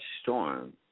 Storm